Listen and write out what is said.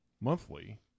monthly